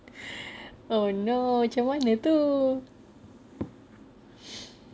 oh no macam mana itu